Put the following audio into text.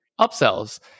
upsells